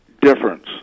difference